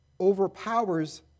overpowers